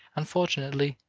unfortunately,